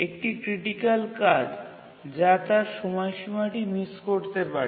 একটি ক্রিটিকাল কাজ যা তার সময়সীমাটি মিস করতে পারে